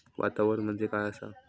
वातावरण म्हणजे काय आसा?